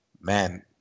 man